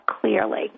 clearly